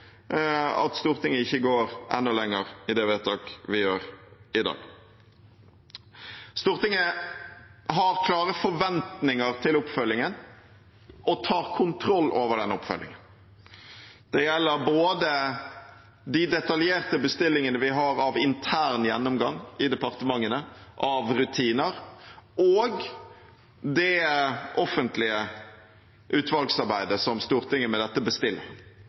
at Stortinget ikke går enda lenger i det vedtaket vi gjør i dag. Stortinget har klare forventninger til oppfølgingen og tar kontroll over den oppfølgingen. Det gjelder både de detaljerte bestillingene vi har av intern gjennomgang i departementene av rutiner, og det offentlige utvalgsarbeidet som Stortinget med dette bestiller,